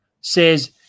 says